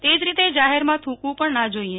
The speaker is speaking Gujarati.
તે જ રીતે જાહેરમાં થૂંકવું પણ ના જોઈએ